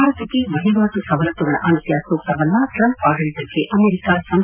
ಭಾರತಕ್ಕೆ ವಹಿವಾಟು ಸವಲತ್ತುಗಳ ಅಂತ್ಯ ಸೂಕ್ತವಲ್ಲ ಟ್ರಂಪ್ ಆಡಳಿತಕ್ಕೆ ಅಮೆರಿಕ ಸಂಸದರ ಸಲಹೆ